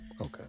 Okay